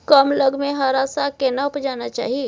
कम लग में हरा साग केना उपजाना चाही?